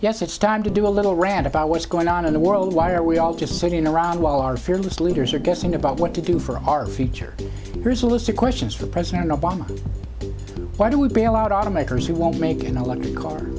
yes it's time to do a little rant about what's going on in the world why are we all just sitting around while our fearless leaders are guessing about what to do for our future here's a list of questions for president obama why do we bail out auto makers who won't make an electric c